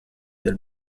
del